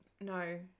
No